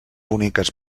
boniques